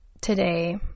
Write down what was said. today